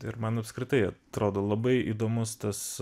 ir man apskritai atrodo labai įdomus tas